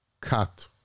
cut